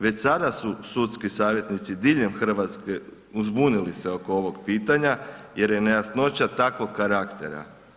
Već sada su sudski savjetnici diljem Hrvatske uzbunili se oko ovog pitanja jer je nejasnoća takvog karaktera.